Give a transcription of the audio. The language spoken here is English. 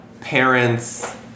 parents